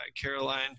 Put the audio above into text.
caroline